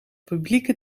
publieke